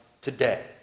today